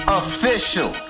official